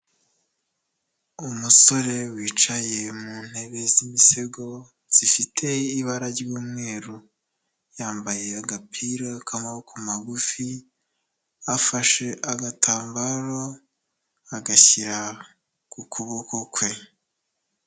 Umusore wicaye mu ntebe z'imisego zifite ibara ry'umweru, yambaye agapira k'amaboko magufi afashe agatambaro agashyira ku kuboko kwe.